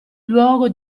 luogo